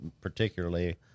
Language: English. particularly